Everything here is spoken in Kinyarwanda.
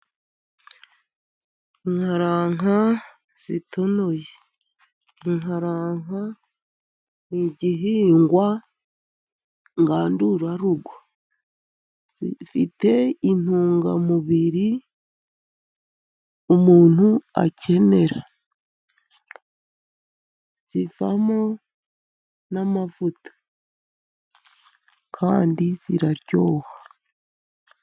Inkaranka zitonoye. Inkaranka ni igihingwa ngandurarugo. Zifite intungamubiri umuntu akenera. Zivamo n'amavuta. Kandi ziraryoha.